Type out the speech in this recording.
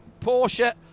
Porsche